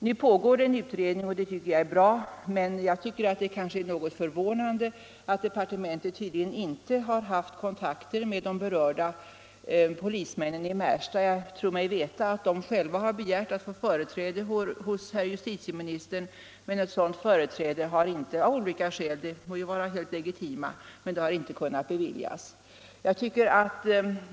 Nu pågår en utredning, och det är bra, men jag tycker att det är något förvånande att departementet tydligen inte har haft kontakter med de berörda polismännen i Märsta. Jag tror mig veta att de själva begärt att få företräde hos herr justitieministern. Ett sådant företräde har emellertid av olika skäl — de må ju vara helt legitima — inte kunnat beviljas.